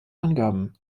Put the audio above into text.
angaben